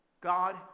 God